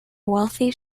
wealthy